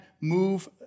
move